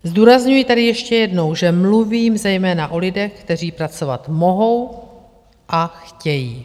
Zdůrazňuji tady ještě jednou, že mluvím zejména o lidech, kteří pracovat mohou a chtějí.